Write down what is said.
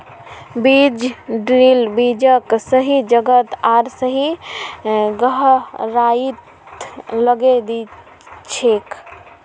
बीज ड्रिल बीजक सही जगह आर सही गहराईत लगैं दिछेक